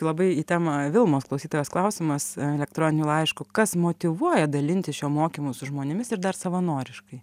labai į temą vilmos klausytojos klausimas elektroniniu laišku kas motyvuoja dalintis šiuo mokymu su žmonėmis ir dar savanoriškai